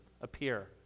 appear